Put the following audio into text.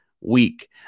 week